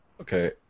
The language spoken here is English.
Okay